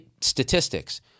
statistics